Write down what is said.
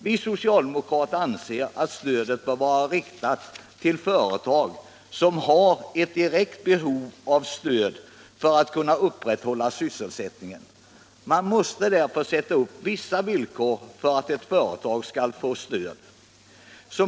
Vi socialdemokrater anser att stödet bör vara riktat till företag som direkt behöver detta stöd för att kunna upprätthålla sysselsättningen. Man måste därför sätta upp vissa villkor för att ett företag skall få stöd.